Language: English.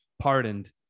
pardoned